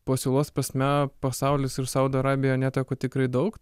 pasiūlos prasme pasaulis ir saudo arabija neteko tikrai daug